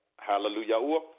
Hallelujah